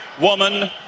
woman